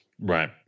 Right